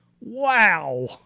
Wow